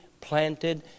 planted